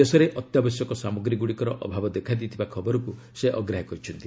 ଦେଶରେ ଅତ୍ୟାବଶ୍ୟକ ସାମଗ୍ରୀଗୁଡ଼ିକର ଅଭାବ ଦେଖାଦେଇଥିବା ଖବରକ୍ତ ସେ ଅଗ୍ରାହ୍ୟ କରିଛନ୍ତି